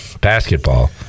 basketball